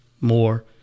more